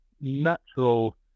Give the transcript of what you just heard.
natural